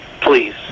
please